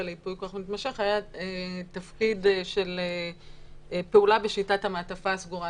לייפוי כוח מתמשך היה תפקיד של פעולה בשיטת המעטפה הסגורה.